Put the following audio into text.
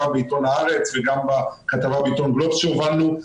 בעיתון הארץ וגם בכתבה בעיתון גלובס שהובלנו,